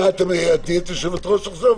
חבר'ה, זו לא ישיבת סיעה.